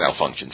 malfunctions